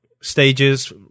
stages